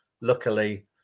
luckily